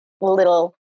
little